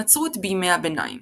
הנצרות בימי הביניים